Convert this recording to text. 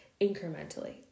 incrementally